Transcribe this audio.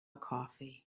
coffee